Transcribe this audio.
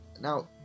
Now